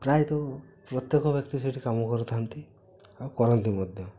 ପ୍ରାୟତଃ ପ୍ରତ୍ୟେକ ବ୍ୟକ୍ତି ସେଠି କାମ କରିଥାନ୍ତି ଆଉ କରନ୍ତି ମଧ୍ୟ